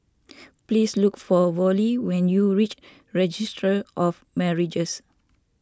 please look for Vollie when you reach Registry of Marriages